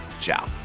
Ciao